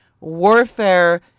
warfare